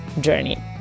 journey